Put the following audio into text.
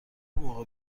موقع